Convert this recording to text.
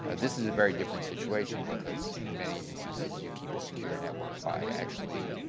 this is a very different situation, because in many instances you keep a secure network by actually